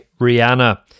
Rihanna